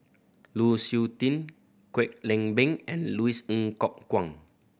Lu Suitin Kwek Leng Beng and Louis Ng Kok Kwang